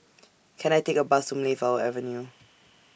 Can I Take A Bus to Mayflower Avenue